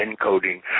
encoding